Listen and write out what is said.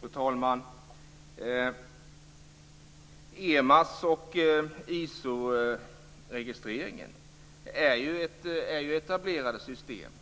Fru talman! EMAS och ISO-registreringen är ju etablerade system.